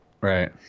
Right